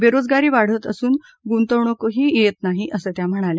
बेरोजगारी वाढत असून गुंतवणूकही येत नाही असं त्या म्हणाल्या